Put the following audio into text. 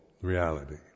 reality